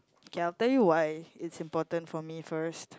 K after you why is important for me first